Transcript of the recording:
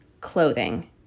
clothing